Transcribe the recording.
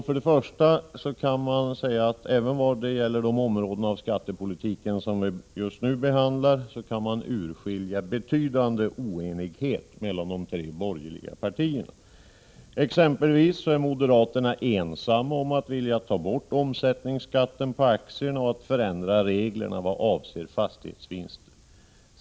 För det första kan man säga att även vad gäller de områden av skattepolitiken som vi just nu behandlar kan man urskilja betydande oenighet mellan de tre borgerliga partierna. Exempelvis är moderaterna ensamma om att vilja ta bort omsättningsskatten på aktier och förändra reglerna vad avser fastighetsvinster.